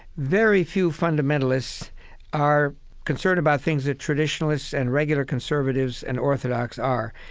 very few fundamentalists are concerned about things that traditionalists and regular conservatives and orthodox are.